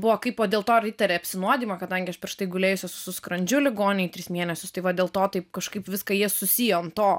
buvo kaipo dėl to ir įtarė apsinuodijimą kadangi aš prieš tai gulėjusius su skrandžiu ligoninėj tris mėnesius tai vat dėl to taip kažkaip viską jie susijo ant to